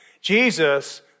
Jesus